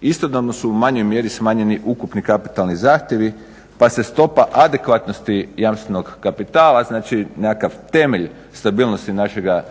Istodobno su u manjoj mjeri smanjeni ukupni kapitali zahtjevi pa se stopa adekvatnosti jamstvenog kapitala znači nekakav temelj stabilnosti našega